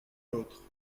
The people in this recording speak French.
l’autre